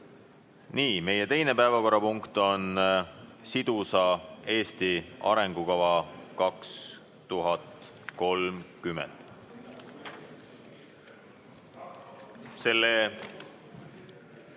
Nii. Meie teine päevakorrapunkt on "Sidusa Eesti arengukava 2030".